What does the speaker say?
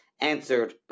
answered